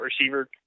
receiver